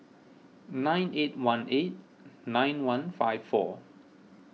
nine eight one eight nine one five four